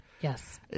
Yes